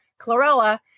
chlorella